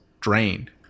drained